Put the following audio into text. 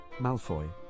Malfoy